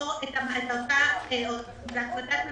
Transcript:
למצוא בהחלטת ממשלה,